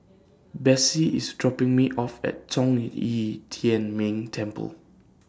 Bessie IS dropping Me off At Zhong Yi Yi Tian Ming Temple